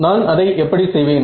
நான் அதை எப்படி செய்வேன்